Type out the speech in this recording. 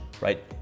right